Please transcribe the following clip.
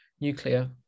nuclear